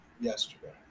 yesterday